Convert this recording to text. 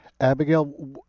Abigail